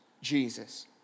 Jesus